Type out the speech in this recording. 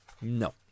No